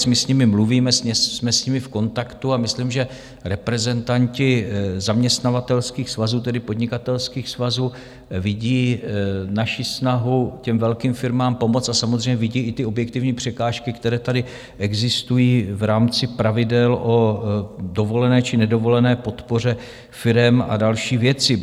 My s nimi mluvíme, jsme s nimi v kontaktu a myslím, že reprezentanti zaměstnavatelských svazů, tedy podnikatelských svazů, vidí naši snahu těm velkým firmám pomoci a samozřejmě vidí i objektivní překážky, které tady existují v rámci pravidel o dovolené či nedovolené podpoře firem a další věci.